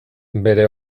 bere